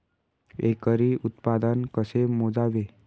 एकरी उत्पादन कसे मोजावे?